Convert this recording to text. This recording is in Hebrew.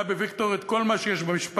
היה בוויקטור את כל מה שיש במשפט